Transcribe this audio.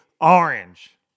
orange